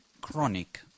chronic